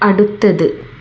അടുത്തത്